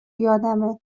یادمه